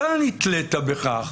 אתה נתלית בכך.